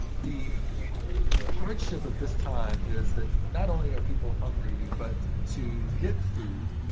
the the hardship of this time is that not only are people hungry, but to get food,